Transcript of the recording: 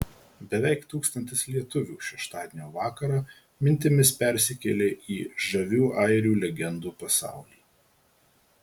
beveik tūkstantis lietuvių šeštadienio vakarą mintimis persikėlė į žavių airių legendų pasaulį